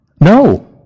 No